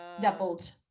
doubled